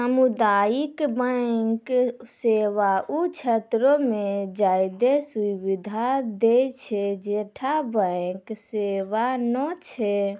समुदायिक बैंक सेवा उ क्षेत्रो मे ज्यादे सुविधा दै छै जैठां बैंक सेबा नै छै